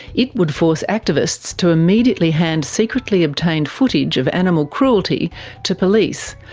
it would force activists to immediately hand secretly obtained footage of animal cruelty to police,